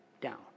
down